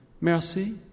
Merci